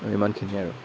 ইমান খিনিয়ে আৰু